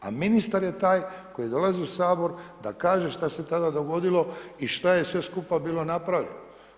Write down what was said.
A ministar je taj koji dolazi u Sabor da kaže šta se tada dogodilo i šta je sve skupa bilo napravljeno.